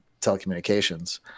telecommunications